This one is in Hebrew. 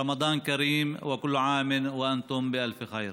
רמדאן כרים, וכל שנה ואתם באלף טוב.)